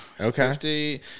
Okay